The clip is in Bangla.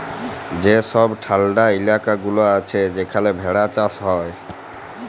যে ছব ঠাল্ডা ইলাকা গুলা আছে সেখালে ভেড়া চাষ হ্যয়